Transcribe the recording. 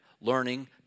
learning